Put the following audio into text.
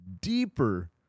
deeper